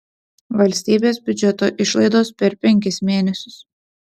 valstybės biudžeto išlaidos per penkis mėnesius